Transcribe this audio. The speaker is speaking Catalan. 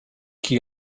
qui